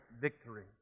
victory